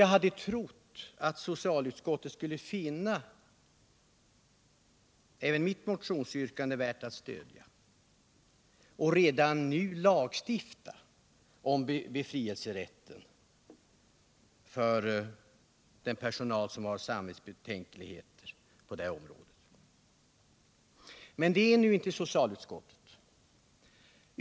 Jag hade trott att socialutskottet skulle finna mitt motionsyrkande värt att stödja och redan nu föreslå en lagstiftning om befrielserätten för den personal som har samvetsbetänkligheter på detta område. Men det gör nu inte socialutskottet.